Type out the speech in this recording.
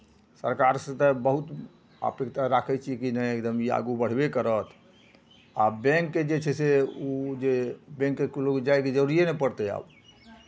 सरकारसँ तऽ बहुत अपेक्षा राखै छी कि नहि एकदम ई आगू बढ़बे करत आ बैंकके जे छै से ओ जे बैंकके लोककेँ जायके जरूरिए नहि पड़तै आब